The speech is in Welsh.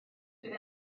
bydd